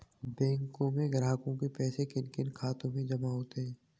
बैंकों में ग्राहकों के पैसे किन किन खातों में जमा होते हैं?